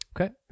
Okay